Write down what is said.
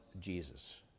Jesus